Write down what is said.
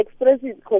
expresses